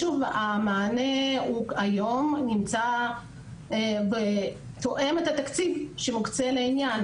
שוב, המענה היום תואם את התקציב שמוקצה לעניין.